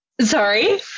Sorry